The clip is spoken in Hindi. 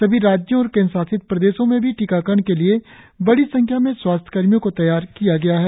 सभी राज्यों और केंद्र शासित प्रदेशों में भी टीकाकरण के लिए बड़ी संख्या में स्वास्थ्यकर्मियों को तैयार किया गया है